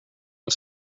els